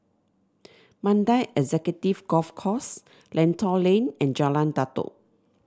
Mandai Executive Golf Course Lentor Lane and Jalan Datoh